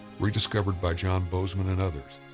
rediscovered by john bozeman and others,